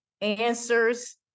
answers